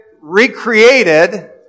recreated